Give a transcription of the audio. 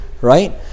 right